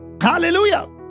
Hallelujah